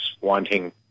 wanting